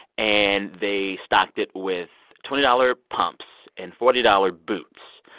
and they stocked it with twenty dollars pumps and forty dollars boots.